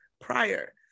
prior